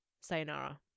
sayonara